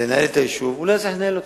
לנהל את היישוב, הוא לא יצליח לנהל אותו.